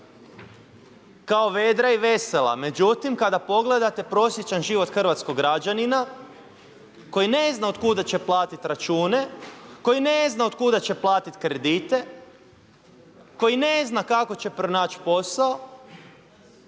kao vedra i vesela, međutim kada pogledate prosječan život hrvatskog građanina koji ne zna od kuda će platiti račune, koji ne zna od kuda će platiti kredite, koji ne zna kako će pronaći posao